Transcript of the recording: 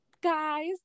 guys